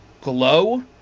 Glow